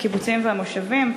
הקיבוצים והמושבים.